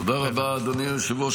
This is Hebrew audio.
תודה רבה, אדוני היושב-ראש.